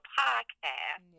podcast